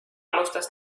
alustas